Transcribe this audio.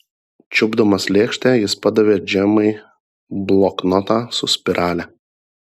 čiupdamas lėkštę jis padavė džemai bloknotą su spirale